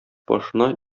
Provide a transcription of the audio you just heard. башына